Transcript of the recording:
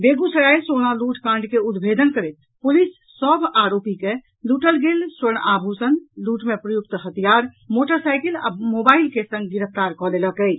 बेगूसराय सोना लूटकांड के उद्भेदन करैत पुलिस सभ आरोपी के लूटल गेल स्वर्ण आभूषण लूट मे प्रयुक्त हथियार मोटरसाइकिल आ मोबाईल के संग गिरफ्तार कऽ लेलक अछि